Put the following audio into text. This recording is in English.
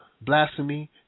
blasphemy